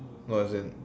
no as in